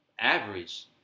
average—